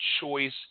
choice